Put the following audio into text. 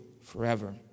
forever